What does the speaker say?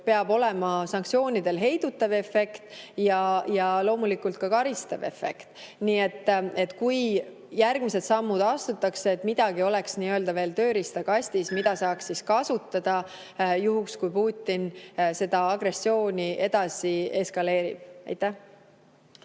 peab olema sanktsioonidel heidutav efekt ja loomulikult ka karistav efekt, nii et kui järgmised sammud astutakse, oleks sul midagi veel nii-öelda tööriistakastis, mida saaks kasutada, juhuks kui Putin seda agressiooni edasi eskaleerib. Aitäh!